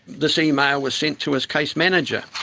this email was sent to his case manager,